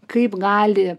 kaip gali